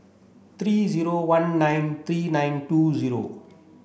three zero one nine three nine two zero